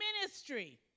ministry